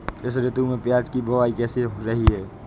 इस ऋतु में प्याज की बुआई कैसी रही है?